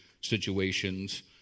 situations